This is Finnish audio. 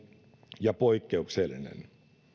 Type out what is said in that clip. ja poikkeuksellinen